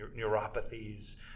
neuropathies